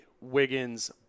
Wiggins